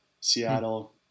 Seattle